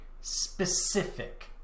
specific